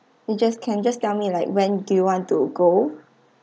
you just can just tell me like when do you want to go